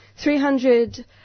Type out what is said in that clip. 300